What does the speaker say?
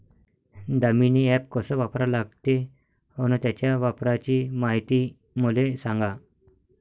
Damini app कस वापरा लागते? अन त्याच्या वापराची मायती मले सांगा